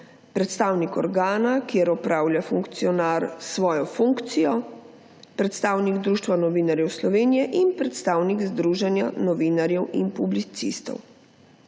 predstavnik organa, kjer opravlja funkcionar svojo funkcijo, predstavnik Društva novinarjev Slovenije in predstavnik Združenja novinarjev in publicistov.